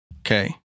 Okay